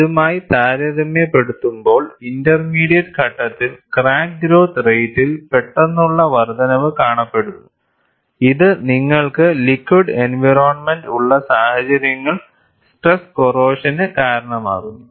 ഇതുമായി താരതമ്യപ്പെടുത്തുമ്പോൾ ഇന്റർമീഡിയറ്റ് ഘട്ടത്തിൽ ക്രാക്ക് ഗ്രോത്ത് റേറ്റ് ൽ പെട്ടെന്നുള്ള വർദ്ധനവ് കാണപ്പെടുന്നു ഇത് നിങ്ങൾക്ക് ലിക്വിഡ് എൻവയറോണ്മെന്റ് ഉള്ള സാഹചര്യങ്ങളിൽ സ്ട്രെസ് കോറോഷന് കാരണമാകുന്നു